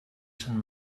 sant